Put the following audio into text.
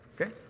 Okay